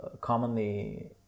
commonly